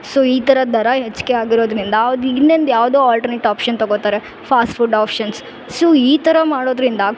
so ಈ ಥರ ದರ ಹೆಚ್ಗೆ ಆಗಿರೋದರಿಂದ ಅವ ಇನ್ನೊಂದು ಯಾವುದೋ ಅಲ್ಟಾರ್ನೇಟಿವ್ ಆಪ್ಷನ್ ತಗೋತಾರೆ ಫಾಸ್ಟ್ ಫುಡ್ ಆಪ್ಷನ್ಸ್ ಸೊ ಈ ಥರ ಮಾಡೋದರಿಂದ